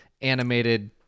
animated